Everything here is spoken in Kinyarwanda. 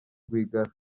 rwigara